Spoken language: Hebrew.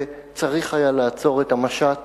וצריך היה לעצור את המשט,